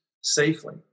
safely